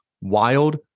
WILD